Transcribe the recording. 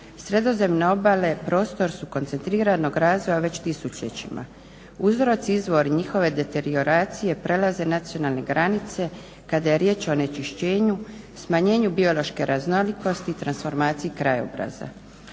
Sredozemne obale prostor su koncentiranog razvoja već tisućljećima. Uzrok i izvor njihove deterioracije prelaze nacionalne granice kada je riječ o onečišćenju, smanjenju biološke raznolikosti, transformaciji krajobraza.